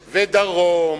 ודרום,